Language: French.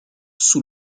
sous